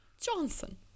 Johnson